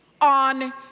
on